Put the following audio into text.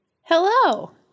Hello